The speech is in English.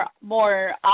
more